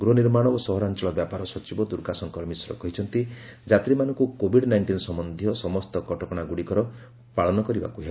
ଗୃହନିର୍ମାଣ ଓ ସହରାଞ୍ଚଳ ବ୍ୟାପାର ସଚିବ ଦୁର୍ଗାଶଙ୍କର ମିଶ୍ର କହିଛନ୍ତି ଯାତ୍ରୀମାନଙ୍କୁ କୋବିଡ୍ ନାଇଷ୍ଟିନ୍ ସମ୍ୟନ୍ଧୀୟ ସମସ୍ତ କଟକଣାଗୁଡ଼ିକର ପାଳନ କରିବାକୁ ହେବ